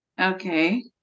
Okay